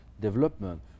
development